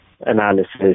analysis